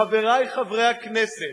חברי חברי הכנסת,